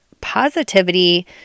positivity